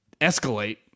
escalate